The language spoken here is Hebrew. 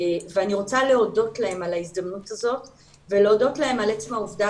אני רוצה להודות להם על ההזדמנות הזאת ולהודות להם על עצם העובדה